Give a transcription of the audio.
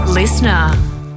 Listener